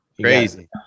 Crazy